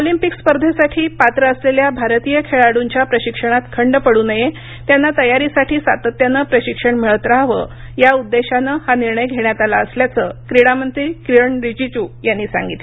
Olympic स्पर्धेसाठी पात्र असलेल्या भारतीय खेळाडूंच्या प्रशिक्षणात खंड पडू नये त्यांना तयारीसाठी सातत्यानं प्रशिक्षण मिळत राहावं या उद्देशानं हा निर्णय घेण्यात आला असल्याचं क्रीडा मंत्री किरण रिजिजू यांनी सांगितलं